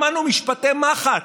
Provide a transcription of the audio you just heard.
שמענו משפטי מחץ: